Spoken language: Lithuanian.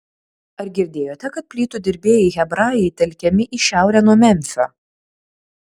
ar girdėjote kad plytų dirbėjai hebrajai telkiami į šiaurę nuo memfio